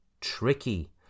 tricky